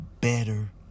better